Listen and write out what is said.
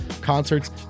concerts